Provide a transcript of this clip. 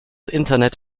internet